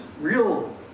real